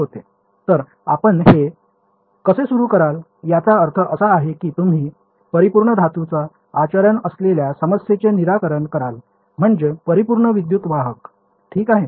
तर आपण हे कसे सुरू कराल याचा अर्थ असा आहे की तुम्ही परिपूर्ण धातूचा आचरण असलेल्या समस्येचे निराकरण कराल म्हणजे परिपूर्ण विद्युत वाहक ठीक आहे